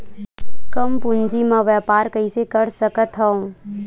कम पूंजी म व्यापार कइसे कर सकत हव?